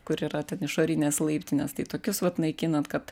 kur yra ten išorinės laiptinės tai tokius vat naikinant kad